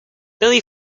billy